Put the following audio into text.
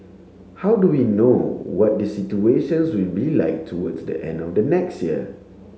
how do we know what the situations will be like towards the end of next year